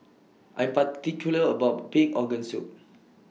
I particular about Pig Organ Soup